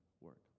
work